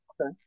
Okay